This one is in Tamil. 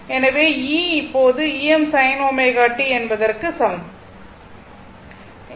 எனவே E இப்போது Em sin ω t என்பதற்கு சமம் ஆகும்